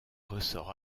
ressorts